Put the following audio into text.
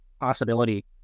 possibility